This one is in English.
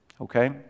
Okay